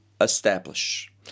establish